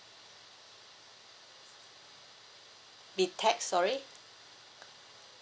be tax sorry